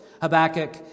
Habakkuk